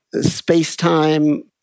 space-time